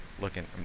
looking